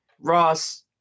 Ross